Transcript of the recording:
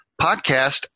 podcast